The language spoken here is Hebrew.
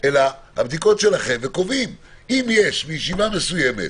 אלא הבדיקות שלכם, וקובעים: אם יש בישיבה מסוימת